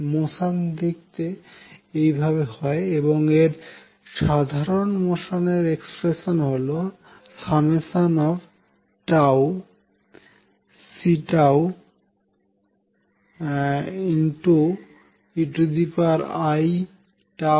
motion দেখতে এই ভাবে হয় এবং সাধারন মোশানের এক্সপ্রেশান হল 𝝉Ceiτnt